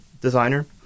designer